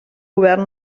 govern